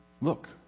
look